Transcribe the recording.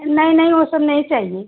नहीं नहीं वो सब नहीं चाहिए